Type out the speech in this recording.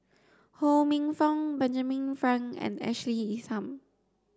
Ho Minfong Benjamin Frank and Ashley Isham